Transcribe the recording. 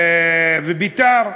ו"בית"ר".